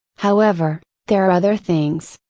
however, there are other things,